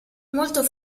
molto